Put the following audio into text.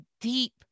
deep